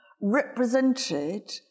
represented